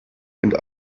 and